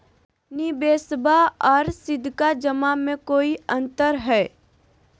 निबेसबा आर सीधका जमा मे कोइ अंतर हय?